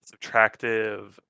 subtractive